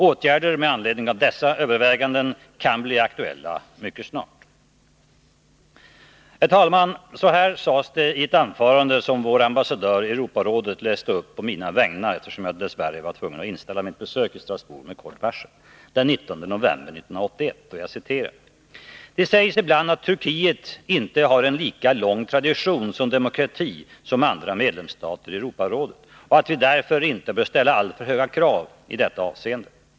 Åtgärder med anledning av dessa överväganden kan bli aktuella mycket snart. Herr talman! Så här sades det i ett anförande som vår ambassadör i Europarådet läste upp på mina vägnar den 19 november 1981, eftersom jag dess värre var tvungen att inställa mitt besök i Strassbourg med kort varsel: ”Det sägs ibland att Turkiet inte har en lika lång tradition som demokrati som andra medlemsstater i Europarådet och att vi därför inte bör ställa alltför höga krav i detta avseende.